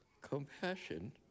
compassion